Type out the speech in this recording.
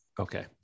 okay